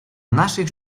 naszych